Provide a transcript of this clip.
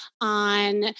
on